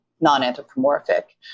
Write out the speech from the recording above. non-anthropomorphic